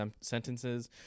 sentences